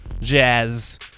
Jazz